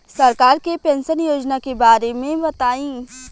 सरकार के पेंशन योजना के बारे में बताईं?